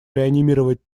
реанимировать